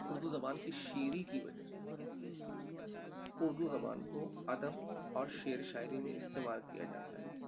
اردو زبان کی شیریں کی وجہ سے اردو زبان کو ادب اور شعر و شاعری میں استعمال کیا جاتا ہے